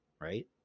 right